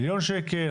מיליון שקלים?